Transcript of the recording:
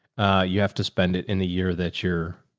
you have to spend it in the year that you're,